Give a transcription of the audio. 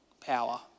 power